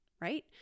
right